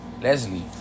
leslie